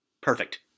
perfect